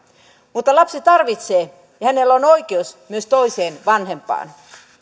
mutta lapsi tarvitsee ja hänellä on oikeus myös toiseen vanhempaan